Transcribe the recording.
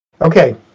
Okay